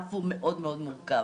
בענף הוא מאוד מאוד מורכב.